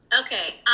Okay